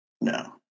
No